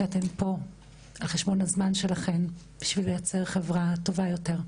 שאתן פה על חשבון הזמן שלכן בשביל לייצר חברה טובה יותר.